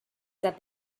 that